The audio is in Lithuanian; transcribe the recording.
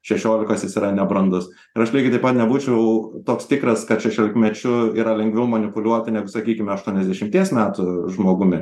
šešiolikos jis yra nebrandus ir aš lygiai taip pat nebūčiau toks tikras kad šešiolikmečiu yra lengviau manipuliuoti negu sakykime aštuoniasdešimties metų žmogumi